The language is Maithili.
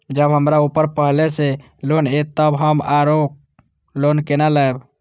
जब हमरा ऊपर पहले से लोन ये तब हम आरो लोन केना लैब?